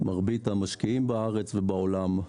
מרבית המשקיעים בארץ ובעולם.